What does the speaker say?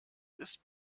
ist